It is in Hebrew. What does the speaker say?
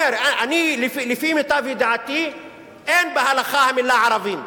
לפי מיטב ידיעתי אין בהלכה המלה "ערבים".